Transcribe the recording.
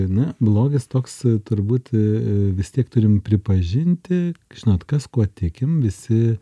na blogis toks turbūt ee vis tiek turim pripažinti žinot kas kuo tikim visi